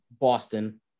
Boston